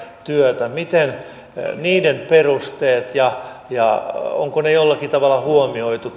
työtä miten on niiden perusteiden laita ja onko tässä jollakin erityisellä tavalla huomioitu